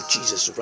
Jesus